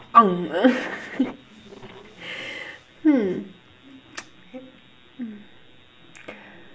hmm